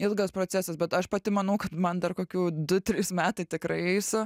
ilgas procesas bet aš pati manau man dar kokių du trys metų tikrai eisiu